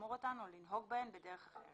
לשמור אותן או לנהוג בהן בדרך אחרת.